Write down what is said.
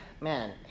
man